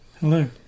Hello